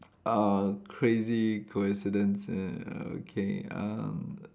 uh crazy coincidence err okay uh